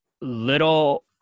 Little